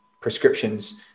prescriptions